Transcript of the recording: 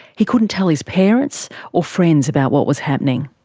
he couldn't tell his parents or friends about what was happening.